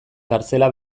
kartzela